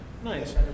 Nice